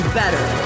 better